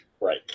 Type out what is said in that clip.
Right